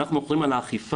אנחנו אחראים על האכיפה,